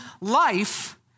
life